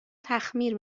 تخمیر